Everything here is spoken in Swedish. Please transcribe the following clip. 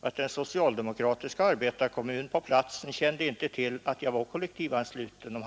att den socialdemokratiska arbetarkommunen på platsen inte kände till att jag var kollektivansluten.